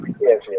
yes